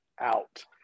out